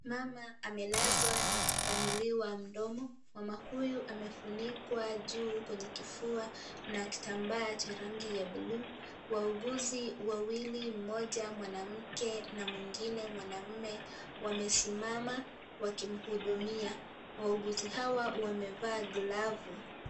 Mama amelazwa na kupanuliwa mdomo. Mama huyu amefunikwa juu kwenye kifuana kitambaa cha rangi ya buluu. Wauguzi wawili, mmoja mwanamke na mwengine mwanamume, wamesimama wakimhudumia. Wauguzi hawa wamevaa glavu.